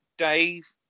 Dave